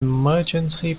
emergency